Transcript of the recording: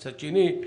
ומצד שני,